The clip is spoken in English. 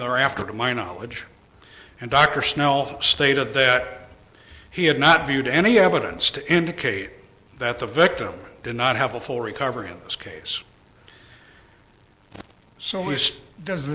thereafter to my knowledge and dr snow stated that he had not viewed any evidence to indicate that the victim did not have a full recovery in this case so nice does the